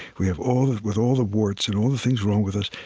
we have all with all the warts and all the things wrong with us,